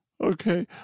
Okay